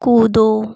कूदो